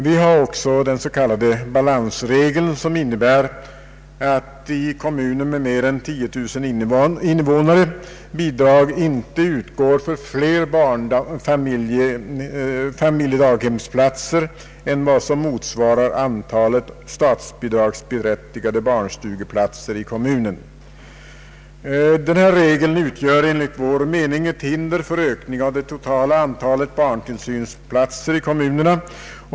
Vi har också den s.k. balansregeln som innebär att i kommuner med mer än 10 000 innevånare bidrag inte utgår för fler familjedaghemsplatser än vad som motsvarar antalet statsbidragsberättigade barnstugeplatser i kommunen. Denna regel utgör enligt vår mening ett hinder för ökning av det totala antalet barntillsynsplatser i kommunerna.